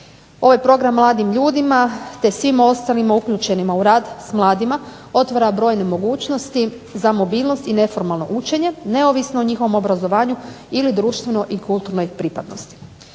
Ovaj program mladim ljudima te svim ostalima uključenim u rad s mladima otvara brojne mogućnosti za mobilnost i neformalno učenje, neovisno o njihovom obrazovanju ili društvenoj ili kulturnoj pripadnosti.